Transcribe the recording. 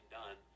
done